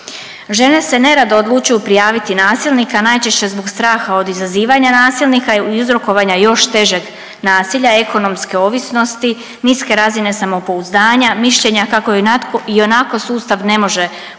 Žene se nerado odlučuju prijaviti nasilnika najčešće zbog strana od izazivanja nasilnika i uzrokovanja još težeg nasilja, ekonomske ovisnosti, niske razine samopouzdanja, mišljenja kako joj i onako sustav ne može pomoći,